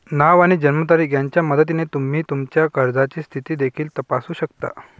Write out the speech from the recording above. नाव आणि जन्मतारीख यांच्या मदतीने तुम्ही तुमच्या कर्जाची स्थिती देखील तपासू शकता